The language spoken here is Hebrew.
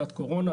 שנת קורונה,